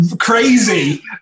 crazy